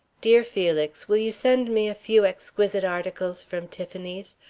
dear felix will you send me a few exquisite articles from tiffany's?